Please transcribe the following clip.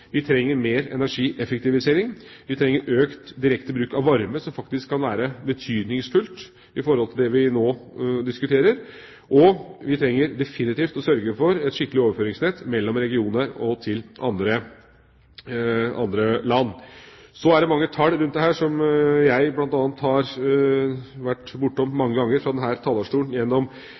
Vi trenger mer energieffektivisering, vi trenger økt direkte bruk av varme, som faktisk kan være betydningsfullt for det vi nå diskuterer, og vi trenger definitivt å sørge for et skikkelig overføringsnett mellom regioner og til andre land. Så er det mange tall rundt dette som jeg bl.a. har nevnt mange ganger fra denne talerstolen gjennom